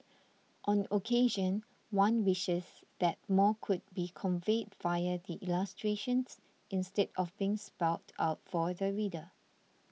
on occasion one wishes that more could be conveyed via the illustrations instead of being spelt out for the reader